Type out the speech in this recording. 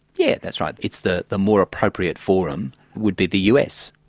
yeah that's right. it's the the more appropriate forum would be the us.